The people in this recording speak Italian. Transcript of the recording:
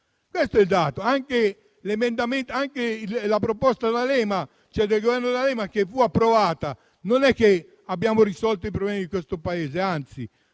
Questo è il dato. Anche con la proposta del Governo D'Alema, che fu approvata, non abbiamo risolto i problemi di questo Paese; anzi,